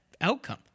outcome